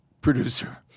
producer